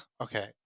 okay